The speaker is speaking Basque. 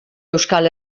euskal